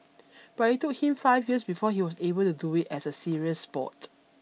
but it took him five years before he was able to do it as a serious sport